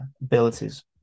abilities